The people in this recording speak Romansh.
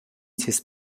seis